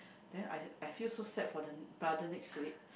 then I I feel so sad for the brother next to it